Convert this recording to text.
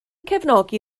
cefnogi